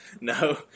No